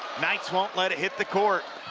knights won't let it hit the court.